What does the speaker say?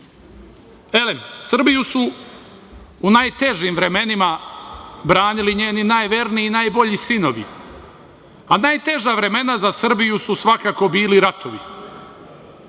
Elem, Srbiju su u najtežim vremenima branili njeni najverniji, najbolji sinovi, a najteža vremena za Srbiju su svakako bili ratovi.